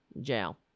Jail